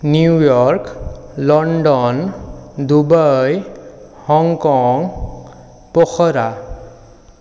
New York London Dubai Hong Kong প'খৰা